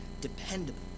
dependable